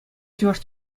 чӑваш